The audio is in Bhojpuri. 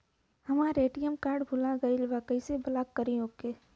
हमार ए.टी.एम कार्ड भूला गईल बा कईसे ब्लॉक करी ओके?